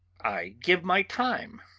i give my time,